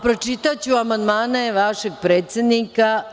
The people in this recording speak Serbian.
Pročitaću amandmane vašeg predsednika.